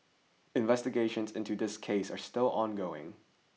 investigations into this case are still ongoing